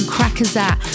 Crackersat